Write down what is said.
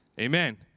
Amen